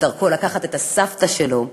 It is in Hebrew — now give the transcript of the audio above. בדרכו לקחת את הסבתא שלו,